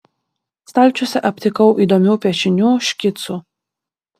stalčiuose aptikau įdomių piešinių škicų